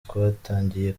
twatangiye